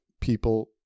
people